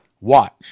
watch